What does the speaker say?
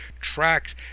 tracks